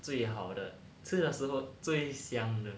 最好的吃的时候最香的